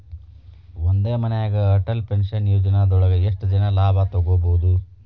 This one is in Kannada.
ಒಂದೇ ಮನ್ಯಾಗ್ ಅಟಲ್ ಪೆನ್ಷನ್ ಯೋಜನದೊಳಗ ಎಷ್ಟ್ ಜನ ಲಾಭ ತೊಗೋಬಹುದು?